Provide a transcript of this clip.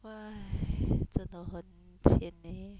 !wah! !hais! 真的很 sian leh